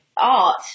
art